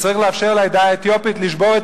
שצריך לאפשר לעדה האתיופית לשבור את